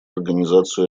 организацию